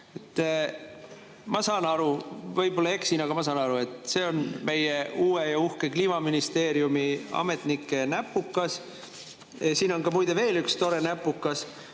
Ma saan aru, võib-olla eksin, aga ma saan aru, et see on meie uue ja uhke Kliimaministeeriumi ametnike näpukas. Siin on muide veel üks tore näpukas: